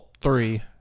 three